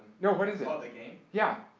no, what is it? well the game. yeah.